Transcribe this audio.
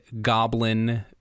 Goblin